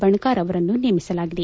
ಬಣಕಾರ್ ಅವರನ್ನು ನೇಮಿಸಲಾಗಿದೆ